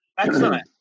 Excellent